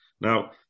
Now